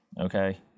Okay